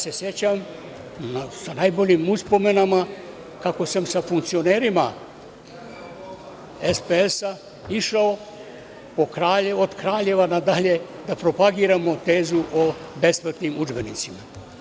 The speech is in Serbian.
Sećam se, sa najboljim uspomenama, kako sam sa funkcionerima SPS išao od Kraljeva na dalje, da propagiramo tezu o besplatnim udžbenicima.